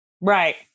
Right